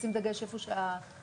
לשים דגש איפה שההמתנה